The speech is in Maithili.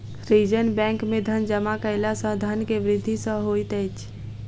सृजन बैंक में धन जमा कयला सॅ धन के वृद्धि सॅ होइत अछि